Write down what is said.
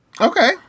Okay